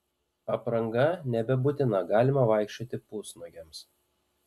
apranga nebebūtina galima vaikščioti pusnuogiams